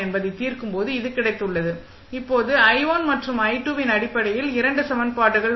என்பதை தீர்க்கும்போது இது கிடைத்துள்ளது இப்போது i1 மற்றும் i2 வின் அடிப்படையில் இரண்டு சமன்பாடுகள் உள்ளன